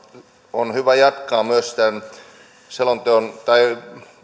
on hyvä jatkaa myös tämän